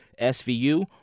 SVU